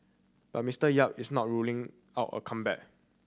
but Mister Yap is not ruling out a comeback